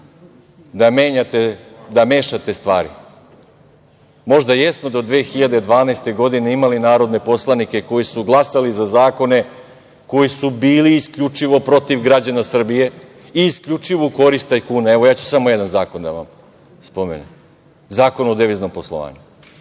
poslanici da mešate stvari. Možda jesmo do 2012. godine imali narodne poslanike koji su glasali za zakone koji su bili isključivo protiv građana Srbije i isključivo u korist tajkuna. Evo, ja ću samo jedan zakon da vam spomenem – Zakon o deviznom poslovanju.